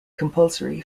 compulsory